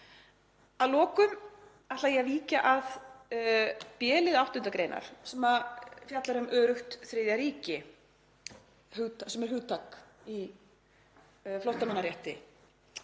Að lokum ætla ég að víkja að b-lið 8. gr. sem fjallar um öruggt þriðja ríki sem er hugtak í flóttamannarétti.